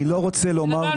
בן אדם נמצא במצוקה,